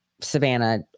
Savannah